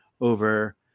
over